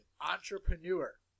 Entrepreneur